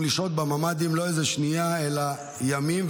לשהות בממ"דים לא איזו שנייה אלא ימים,